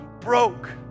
broke